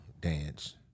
dance